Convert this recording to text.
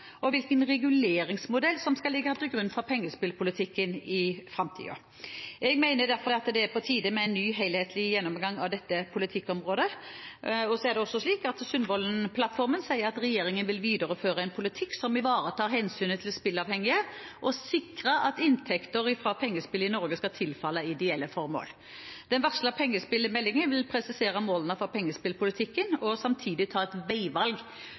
og hvilken reguleringsmodell som skal ligge til grunn for pengespillpolitikken i framtiden. Jeg mener derfor at det er på tide med en ny helhetlig gjennomgang av dette politikkområdet. Det er også slik at Sundvolden-plattformen sier at regjeringen vil videreføre en politikk som ivaretar hensynet til spilleavhengige og sikre at inntekter fra pengespill i Norge skal tilfalle ideelle formål. Den varslede pengespillmeldingen vil presisere målene for pengespillpolitikken og samtidig ta et veivalg